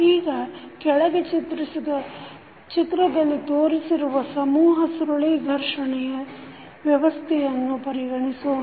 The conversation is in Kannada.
ಈಗ ಕೆಳಗೆ ಚಿತ್ರದಲ್ಲಿ ತೋರಿಸಿರುವ ಸಮೂಹ ಸುರುಳಿ ಘರ್ಷಣೆ ವ್ಯವಸ್ಥೆಯನ್ನು ಪರಿಗಣಿಸೋಣ